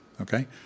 Okay